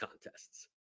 contests